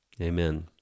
Amen